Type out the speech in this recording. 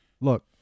Look